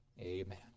amen